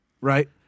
right